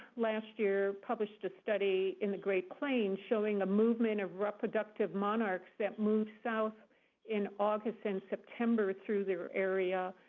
last year, published a study in the great plains, showing a movement of reproductive monarchs that move south in august and september through their area.